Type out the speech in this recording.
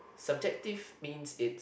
subjective means it